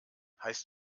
heißt